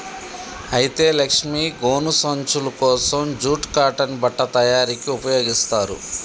అయితే లక్ష్మీ గోను సంచులు కోసం జూట్ కాటన్ బట్ట తయారీకి ఉపయోగిస్తారు